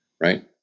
right